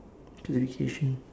education